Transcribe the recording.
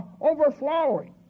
overflowing